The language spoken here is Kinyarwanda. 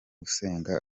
usenga